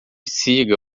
siga